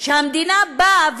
שהמדינה באה ואומרת: